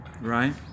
right